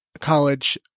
college